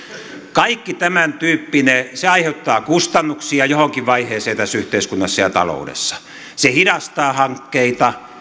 kaikki tämäntyyppinen aiheuttaa kustannuksia johonkin vaiheeseen tässä yhteiskunnassa ja taloudessa se hidastaa hankkeita